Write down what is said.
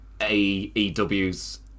AEW's